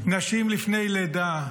נשים לפני לידה,